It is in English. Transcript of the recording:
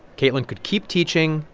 kaitlyn could keep teaching,